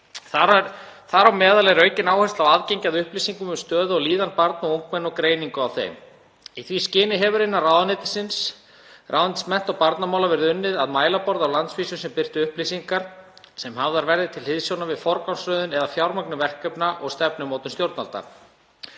Þar á meðal er aukin áhersla á aðgengi að upplýsingum um stöðu og líðan barna og ungmenna og greiningu á þeim. Í því skyni hefur innan ráðuneytis mennta- og barnamála verið unnið að mælaborði á landsvísu sem birti upplýsingar sem hafðar verði til hliðsjónar við forgangsröðun eða fjármögnun verkefna og stefnumótun stjórnvalda.